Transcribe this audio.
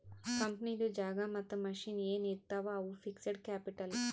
ಕಂಪನಿದು ಜಾಗಾ ಮತ್ತ ಮಷಿನ್ ಎನ್ ಇರ್ತಾವ್ ಅವು ಫಿಕ್ಸಡ್ ಕ್ಯಾಪಿಟಲ್